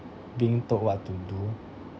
being told what to do